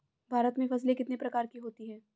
भारत में फसलें कितने प्रकार की होती हैं?